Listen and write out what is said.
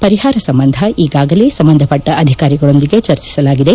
ಪರಿಹಾರ ಸಂಬಂಧ ಈಗಾಗಲೇ ಸಂಬಂಧಪಟ್ಟ ಅಧಿಕಾರಿಗಳೊಂದಿಗೆ ಚರ್ಚಿಸಲಾಗಿದೆ